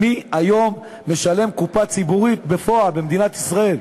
מי היום משלם קופה ציבורית בפועל במדינת ישראל?